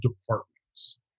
departments